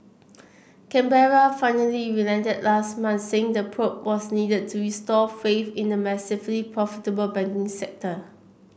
Canberra finally relented last month saying the probe was needed to restore faith in the massively profitable banking sector